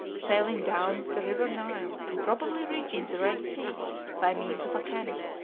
sailing down the river nile and probably reaching the red sea by means of a canal.